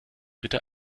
bitte